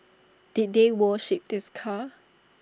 did they worship this car